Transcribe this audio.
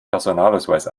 personalausweis